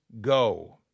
go